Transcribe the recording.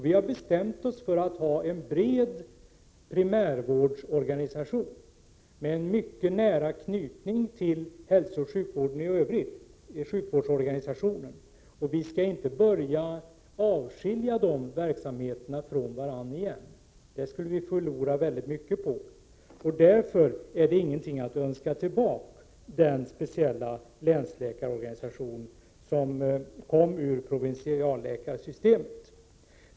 Vi har bestämt oss för att ha en bred primärvårdsorganisation som är nära knuten till hälsooch sjukvården i övrigt. Vi skall inte börja skilja dessa verksamheter från varandra igen. Det skulle vi förlora väldigt mycket på. Därför skall man inte önska tillbaka den speciella länsläkarorganisationen med provinsialläkarsystemet.